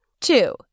Two